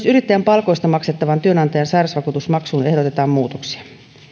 yrittäjän palkoista maksettavaan työnantajan sairausvakuutusmaksuun ehdotetaan muutoksia